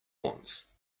wants